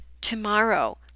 tomorrow